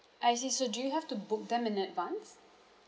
I see so do you have to book them in advance